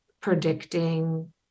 predicting